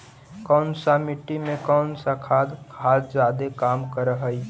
कौन सा मिट्टी मे कौन सा खाद खाद जादे काम कर हाइय?